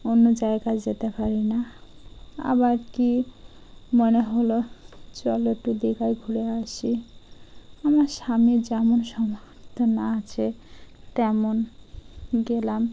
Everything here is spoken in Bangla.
অন্য জায়গায় যেতে পারি না আবার কি মনে হলো চলো একটু দীঘায় ঘুরে আসি আমার স্বামীর যেমন সামর্থ্য আছে তেমন গেলাম